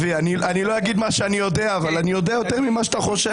אני לא אגיד את מה שאני יודע אבל אני יודע יותר ממה שאתה חושב.